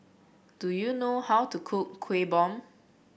do you know how to cook Kueh Bom